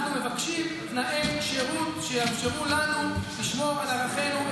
אנחנו מבקשים תנאי שירות שיאפשרו לנו לשמור על ערכינו,